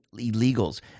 illegals